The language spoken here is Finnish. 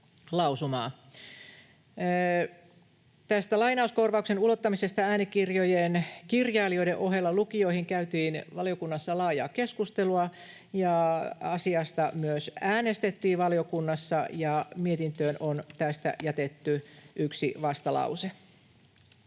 lainauskorvauksen ulottamisesta äänikirjojen kirjailijoiden ohella lukijoihin käytiin valiokunnassa laajaa keskustelua, ja asiasta myös äänestettiin valiokunnassa, ja mietintöön on tästä jätetty yksi vastalause.